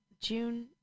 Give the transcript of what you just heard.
June